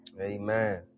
Amen